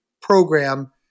program